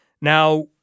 Now